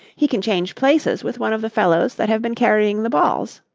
he can change places with one of the fellows that have been carrying the balls.